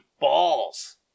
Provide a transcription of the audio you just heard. Balls